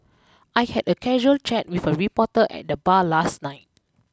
I had a casual chat with a reporter at the bar last night